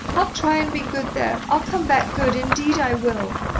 i'll try and be good there. i'll come back good, indeed i will.